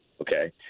okay